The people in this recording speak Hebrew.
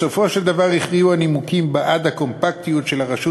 בסופו של דבר הכריעו הנימוקים בעד הקומפקטיות של הרשות